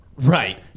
Right